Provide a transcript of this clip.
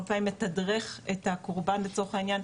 הרבה פעמים מתדרך את הקורבן לצורך העניין,